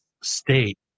state